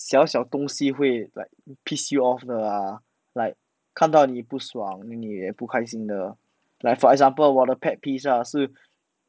小小东西会 like pissed you off 的啦 like 看到你不爽 then 你也不开心的 like for example 我的 pet peeves ah 是